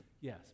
Yes